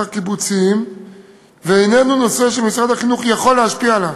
קיבוציים ואיננו נושא שמשרד החינוך יכול להשפיע עליו.